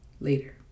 Later